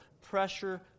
pressure